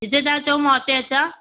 जिते तां चओ मां उते अचां